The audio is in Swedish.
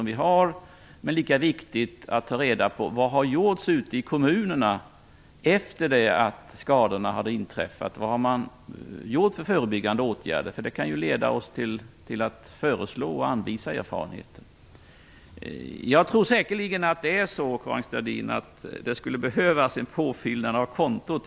Lika viktigt är det att ta reda på vad som har gjorts ute i kommunerna efter att skadorna inträffat. Vilka förebyggande åtgärder har man vidtagit? Detta kan leda oss till att föreslå och anvisa erfarenheter. Jag tror säkerligen, Karin Starrin, att det behövs en påfyllning av kontot.